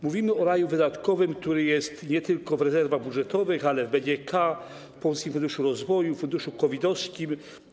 Mówimy o raju wydatkowym, który jest nie tylko w rezerwach budżetowych, ale także w BGK, Polskim Funduszu Rozwoju, funduszu COVID-owym.